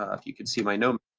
ah if you could see my nomen